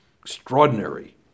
extraordinary